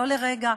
לא לרגע.